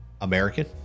American